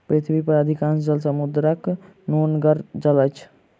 पृथ्वी पर अधिकांश जल समुद्रक नोनगर जल अछि